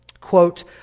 quote